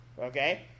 Okay